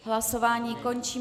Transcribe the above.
Hlasování končím.